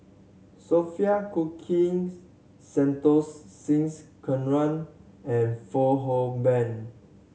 Sophia Cooke Santokh Singh Grewal and Fong Hoe Beng